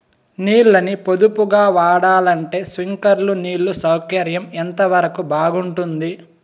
నీళ్ళ ని పొదుపుగా వాడాలంటే స్ప్రింక్లర్లు నీళ్లు సౌకర్యం ఎంతవరకు బాగుంటుంది?